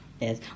Yes